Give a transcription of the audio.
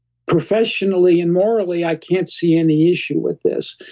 professionally and morally, i can't see any issue with this.